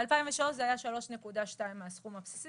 ב-2003 זה היה 3.2 מהסכום הבסיסי.